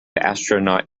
astronaut